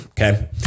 Okay